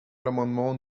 l’amendement